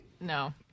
No